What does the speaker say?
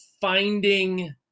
finding